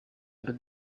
and